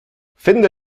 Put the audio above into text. finde